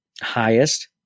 highest